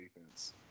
defense